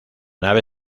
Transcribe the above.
nave